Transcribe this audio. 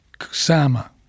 Kusama